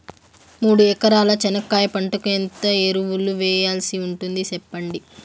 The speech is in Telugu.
మూడు ఎకరాల చెనక్కాయ పంటకు ఎంత ఎరువులు వేయాల్సి ఉంటుంది సెప్పండి?